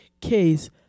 case